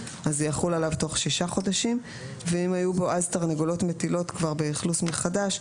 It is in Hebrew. זה יחול עליו תוך 6 חודשים ואם היו בו אז תרנגולות מטילות באכלוס מחדש,